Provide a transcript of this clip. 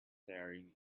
staring